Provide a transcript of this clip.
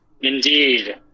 Indeed